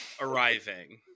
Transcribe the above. arriving